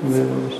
ביום רביעי.